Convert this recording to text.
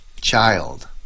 child